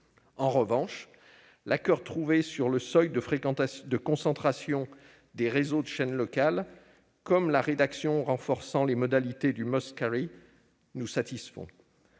En revanche, l'accord trouvé sur le seuil de concentration des réseaux de chaînes locales et la rédaction renforçant les modalités du nous satisfont.